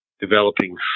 developing